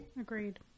Agreed